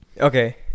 Okay